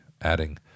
adding